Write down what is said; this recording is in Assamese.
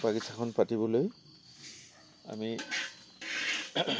বাগিচাখন পাতিবলৈ আমি